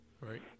Right